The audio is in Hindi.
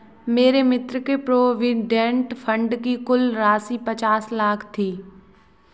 मेरे मित्र के प्रोविडेंट फण्ड की कुल राशि पचास लाख थी